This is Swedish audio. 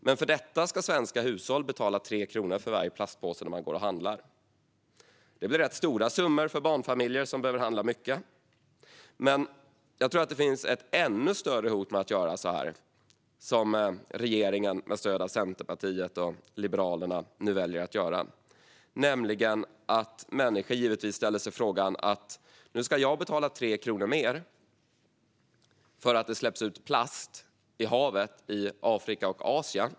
På grund av detta ska svenska hushåll betala 3 kronor för varje plastpåse man köper när man går och handlar. Det blir rätt stora summor för barnfamiljer som behöver handla mycket. Jag tror dock att det finns ett ännu större hot med att göra så som regeringen nu väljer att göra med stöd från Centerpartiet och Liberalerna. Det är att människor givetvis ställer sig frågande: Nu ska jag betala 3 kronor mer på grund av att det släpps ut plast i havet i Afrika och Asien.